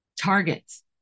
targets